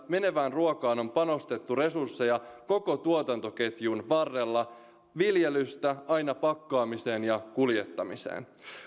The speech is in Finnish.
menevään ruokaan on panostettu resursseja koko tuotantoketjun varrella viljelystä aina pakkaamiseen ja kuljettamiseen